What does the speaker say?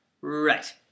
Right